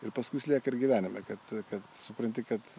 ir pas mus lieka ir gyvenime kad kad supranti kad